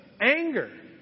anger